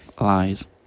Lies